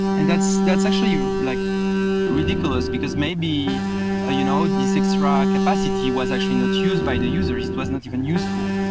and that's that's actually like ridiculous, because maybe ah you know this extra capacity was actually not used by the user. it was not even useful.